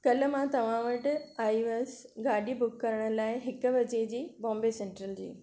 कल्ह मां तव्हां वटि आई हुअसि गाॾी बुक कराइण लाइ हिक बजे जी बॉम्बे सेंट्रल जी